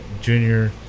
junior